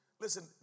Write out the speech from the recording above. Listen